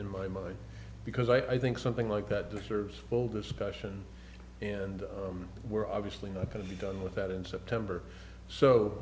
in my mind because i think something like that deserves full discussion and we're obviously not going to be done with that in september so